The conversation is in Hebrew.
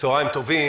צוהריים טובים.